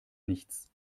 nichts